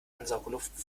ansaugluft